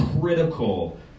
critical